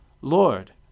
Lord